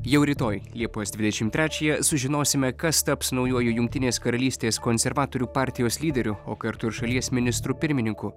jau rytoj liepos trečiąją sužinosime kas taps naujuoju jungtinės karalystės konservatorių partijos lyderiu o kartu ir šalies ministru pirmininku